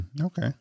Okay